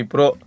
Pro